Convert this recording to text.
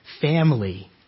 family